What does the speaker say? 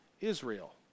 Israel